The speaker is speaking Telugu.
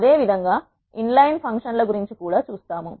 అదేవిధంగా ఇన్లైన్ ఫంక్షన్ల గురించి కూడా చూస్తాము